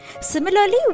Similarly